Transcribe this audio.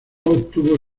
obtuvo